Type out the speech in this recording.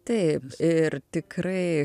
taip ir tikrai